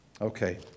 Okay